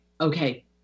okay